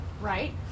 Right